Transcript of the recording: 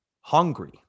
hungry